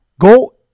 go